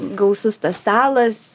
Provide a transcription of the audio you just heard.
gausus tas stalas